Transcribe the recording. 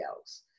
else